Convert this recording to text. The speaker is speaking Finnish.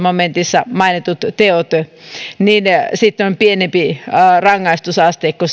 momentissa mainitut teot niin sitten on pienempi rangaistusasteikko